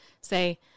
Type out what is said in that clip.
say